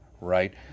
right